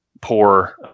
poor